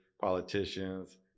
politicians